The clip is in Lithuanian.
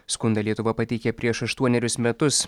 skundą lietuva pateikė prieš aštuonerius metus